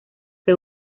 que